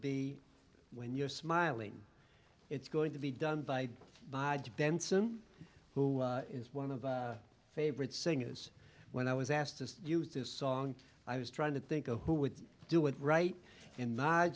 be when you're smiling it's going to be done by by to benson who is one of our favorite singers when i was asked to use this song i was trying to think of who would do it right